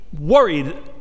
worried